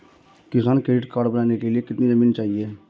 किसान credit card बनाने के लिए कितनी जमीन चाहिए?